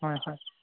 হয় হয়